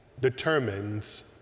determines